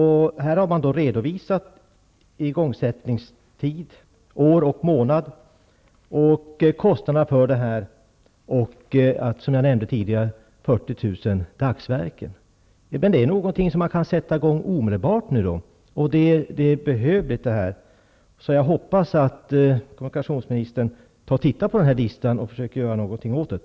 Här har man redovisat igångsättningstid, år och månad, och kostnaderna och att det, som jag nämnde tidigare, gäller 40 000 Detta är någonting man kunde sätta i gång omedelbart, och det är behövligt. Jag hoppas kommunikationsministern tittar på denna lista och försöker göra någonting åt den.